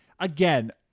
Again